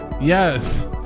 Yes